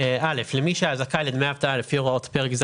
אבל אני לא מצליח להבין למה את ה-25% הנוספים אתם לא יכולים להגדיל.